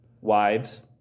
Wives